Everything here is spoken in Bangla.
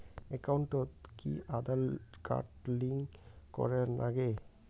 একাউন্টত কি আঁধার কার্ড লিংক করের নাগে?